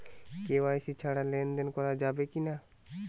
KYC ছাড়া লেনদেন করা যাবে কিনা?